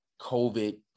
COVID